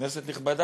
"כנסת נכבדה"?